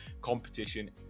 competition